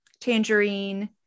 tangerine